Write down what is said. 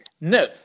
no